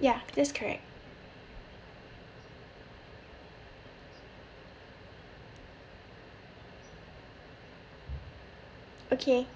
ya that's correct okay